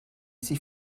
sich